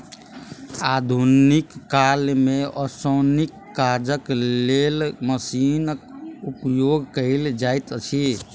आधुनिक काल मे ओसौनीक काजक लेल मशीनक उपयोग कयल जाइत अछि